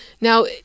Now